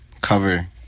Cover